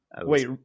wait